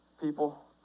people